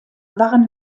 waren